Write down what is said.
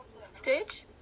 Stitch